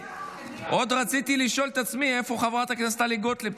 עוד רציתי לשאול את עצמי איפה חברת הכנסת טלי גוטליב,